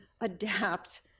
adapt